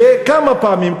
וכמה פעמים,